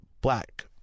black